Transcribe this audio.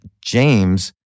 James